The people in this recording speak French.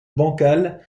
bancal